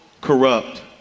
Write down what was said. corrupt